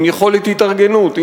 עם יכולת התארגנות,